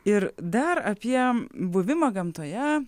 ir dar apie buvimą gamtoje